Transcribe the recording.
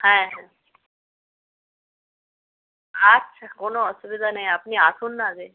হ্যাঁ হ্যাঁ আচ্ছা কোনো অসুবিধা নেই আপনি আসুন না আগে